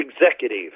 executive